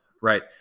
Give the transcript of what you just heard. right